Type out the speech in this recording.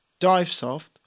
Divesoft